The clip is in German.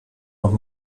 noch